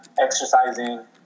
exercising